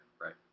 right